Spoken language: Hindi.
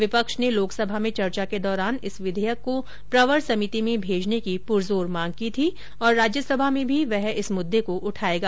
विपक्ष ने लोकसभा में चर्चा के दौरान इस विधेयक को प्रवर समिति में भेजने की पुरजोर मांग की थी और राज्यसभा में भी वह इस मुद्दे को उठायेगा